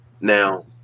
now